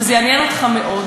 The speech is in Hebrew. שהיא תעניין אותך מאוד,